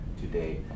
today